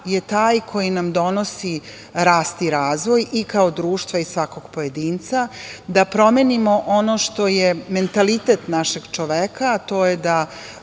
je taj koji nam donosi rast i razvoj i kao društva i svakog pojedinca, da promenimo ono što je mentalitet našeg čoveka, a to je da